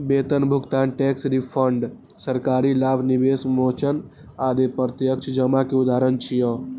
वेतन भुगतान, tax refund, सरकारी लाभ, निवेश मोचन आदि प्रत्यक्ष जमा के उदाहरण छियै